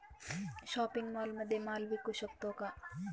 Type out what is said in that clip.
Shopping मॉलमध्ये माल विकू शकतो का?